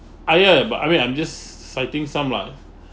ah ya but I mean I'm just citing some lah